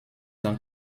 dans